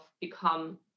become